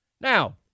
Now